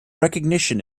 recognition